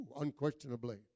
unquestionably